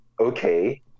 okay